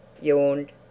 yawned